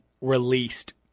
released